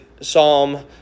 Psalm